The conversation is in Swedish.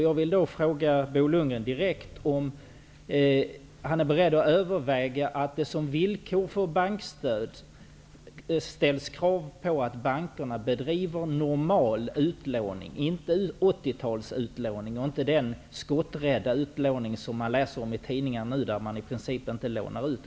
Jag vill fråga Bo Lundgren om han är beredd att överväga att det som villkor för bankstöd ställs krav på att bankerna bedriver normal utlåning, inte 80 talsutlåning och inte den skotträdda utlåning som man nu läser om i tidningarna -- att man i princip inte lånar ut.